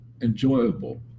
enjoyable